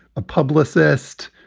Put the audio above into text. a publicist.